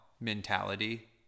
mentality